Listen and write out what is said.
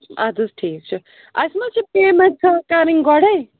اَدٕ حَظ ٹھیٖک چھُ اَسہِ ما چھِ پیم۪نٛٹ کَرٕنۍ گۄڈَے